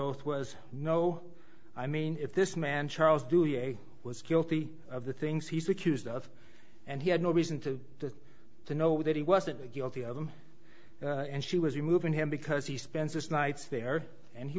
oath was no i mean if this man charles was guilty of the things he's accused of and he had no reason to to know that he wasn't guilty of them and she was removing him because he spends his nights there and he